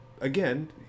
again